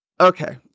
Okay